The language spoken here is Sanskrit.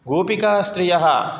गोपिकास्त्रियः